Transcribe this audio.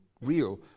real